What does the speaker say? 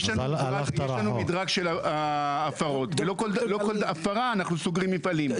יש לנו מדרג של הפרות ולא כל הפרה אנחנו סוגרים מפעלים,